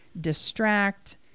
distract